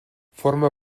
forma